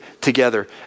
together